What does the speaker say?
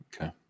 Okay